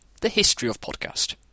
thehistoryofpodcast